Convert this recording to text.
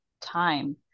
time